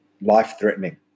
life-threatening